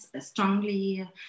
strongly